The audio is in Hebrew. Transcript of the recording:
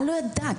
לא ידעת.